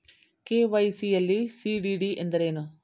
KYC ಯಲ್ಲಿ CDD ಎಂದರೇನು?